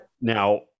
Now